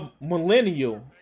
millennial